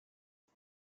och